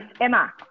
Emma